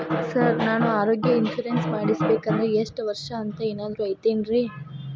Sir ನಾನು ಆರೋಗ್ಯ insurance ಮಾಡಿಸ್ಬೇಕಂದ್ರೆ ಇಷ್ಟ ವರ್ಷ ಅಂಥ ಏನಾದ್ರು ಐತೇನ್ರೇ?